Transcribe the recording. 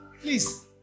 please